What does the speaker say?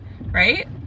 right